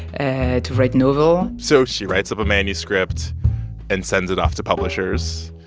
ah to write novel so she writes up a manuscript and sends it off to publishers